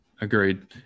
Agreed